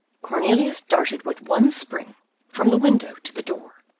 cornelius darted with one spring from the window to the door,